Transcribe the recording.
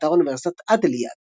באתר אוניברסיטת אדלייד